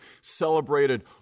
celebrated